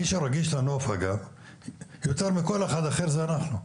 מי שרגיש לנוף יותר מכל אחד אחר זה אנחנו.